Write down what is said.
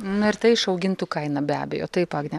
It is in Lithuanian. nu ir tai išaugintų kaina be abejo taip agne